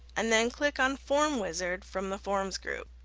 and then click on form wizard from the forms group.